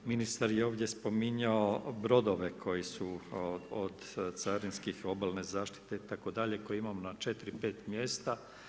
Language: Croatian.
Ministar je ovdje spominjao brodove koji su od carinskih, obalne zaštite it. koje imamo na četiri, pet mjesta.